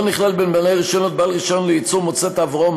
לא נכלל בין בעלי הרישיונות בעל רישיון לייצור מוצרי תעבורה,